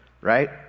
right